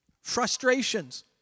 Frustrations